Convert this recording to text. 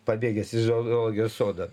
pabėgęs iš zoologijos sodo